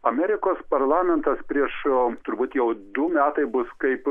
amerikos parlamentas prieš turbūt jau du metai bus kaip